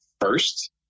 first